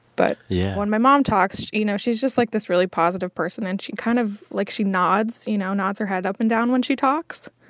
but. yeah when my mom talks, you know, she's just, like, this really positive person. and she kind of like, she nods you know, nods her head up and down when she talks.